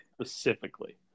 specifically